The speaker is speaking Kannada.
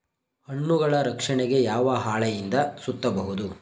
ಹಣ್ಣುಗಳ ರಕ್ಷಣೆಗೆ ಯಾವ ಹಾಳೆಯಿಂದ ಸುತ್ತಬಹುದು?